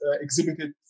exhibited